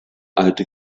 alte